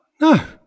No